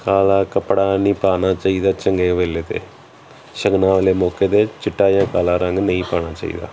ਕਾਲਾ ਕੱਪੜਾ ਨਹੀਂ ਪਾਉਣਾ ਚਾਹੀਦਾ ਚੰਗੇ ਵੇਲੇ ਅਤੇ ਸ਼ਗਨਾ ਵਾਲੇ ਮੌਕੇ 'ਤੇ ਚਿੱਟਾ ਜਾਂ ਕਾਲਾ ਰੰਗ ਨਹੀਂ ਪਾਉਣਾ ਚਾਹੀਦਾ